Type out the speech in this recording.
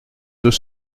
deux